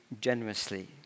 generously